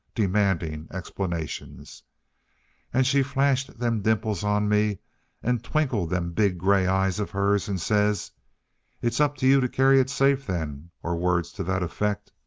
demanding explanations' and she flashed them dimples on me and twinkled them big, gray eyes of hers, and says it's up to you to carry it safe, then or words to that effect.